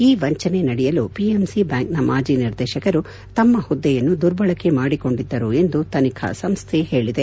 ಈ ವಂಚನೆ ನಡೆಯಲು ಪಿಎಂಸಿ ಬ್ಯಾಂಕ್ನ ಮಾಜಿ ನಿರ್ದೇಶಕರು ತಮ್ಮ ಹುದ್ದೆಯನ್ನು ದುರ್ಬಳಕೆ ಮಾದಿಕೊಂಡಿದ್ದರು ಎಂದು ತನಿಖಾ ಸಂಸ್ಥೆ ಹೇಳಿದೆ